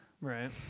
Right